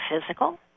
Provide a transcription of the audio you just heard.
physical